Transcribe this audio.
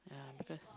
yeah because